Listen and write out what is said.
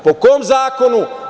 Po kom zakonu?